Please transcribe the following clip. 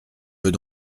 veux